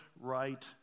right